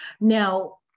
Now